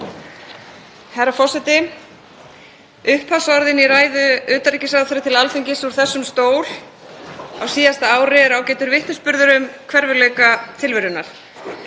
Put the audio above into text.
Herra forseti. Upphafsorðin í ræðu utanríkisráðherra til Alþingis úr þessum stól á síðasta ári eru ágætur vitnisburður um hverfulleika tilverunnar.